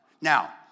Now